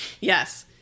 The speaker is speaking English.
Yes